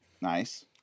Nice